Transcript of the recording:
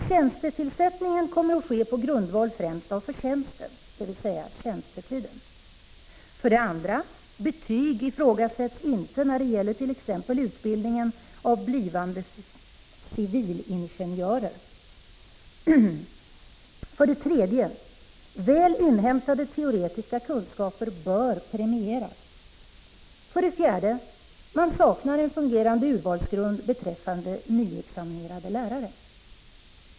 Tjänstetillsättningen kommer att ske på grundval främst av förtjänsten . 2. Betyg ifrågasätts inte när det gäller t.ex. utbildningen av blivande civilingenjörer. 3. Väl inhämtade teoretiska kunskaper bör premieras. 4. Man saknar en fungerande urvalsgrund beträffande nyutexaminerade lärare.